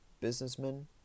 businessmen